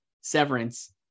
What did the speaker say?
Severance